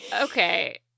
okay